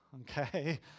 okay